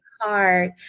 hard